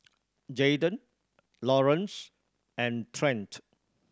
Jaden Laurance and Trent